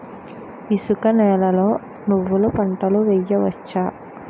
ఇసుక నేలలో నువ్వుల పంట వేయవచ్చా?